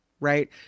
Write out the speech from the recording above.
Right